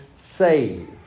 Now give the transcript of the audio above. save